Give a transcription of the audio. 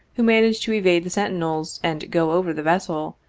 who managed to evade the sentinels and go over the vessel,